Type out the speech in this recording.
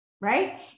right